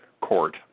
court